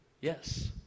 Yes